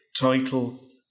title